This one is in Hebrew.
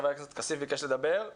חבר הכנסת כסיף ביקש לדבר.